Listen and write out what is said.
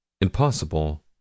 impossible